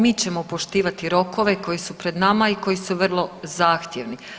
Mi smo, mi ćemo poštivati rokove koji su pred nama i koji su vrlo zahtjevni.